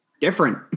different